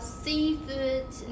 seafood